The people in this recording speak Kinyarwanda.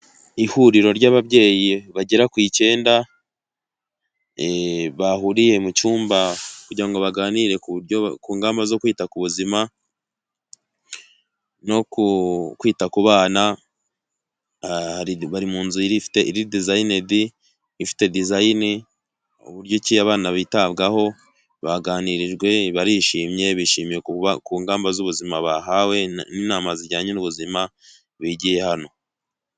Ihuriro ry'ababyeyi bagera ku icyenda bahuriye mu cyumba kugira ngo baganire kumba zo kwita ku buzima no kwita ku bana, bari mu nzu iridizayinedi ifite dizayini uburyo abana bitabwaho baganirijwe barishimye bishimiye ku ngamba z'ubuzima bahawe n'inama zijyanye n'ubuzima bigiye hano.